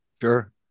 Sure